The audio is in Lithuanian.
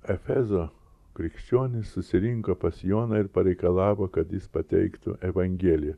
efezo krikščionys susirinko pas joną ir pareikalavo kad jis pateiktų evangeliją